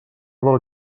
del